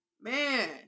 Man